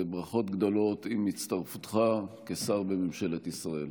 וברכות גדולות עם הצטרפותך כשר לממשלת ישראל,